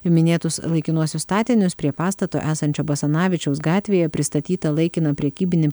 į minėtus laikinuosius statinius prie pastato esančio basanavičiaus gatvėje pristatytą laikiną prekybinį